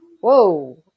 whoa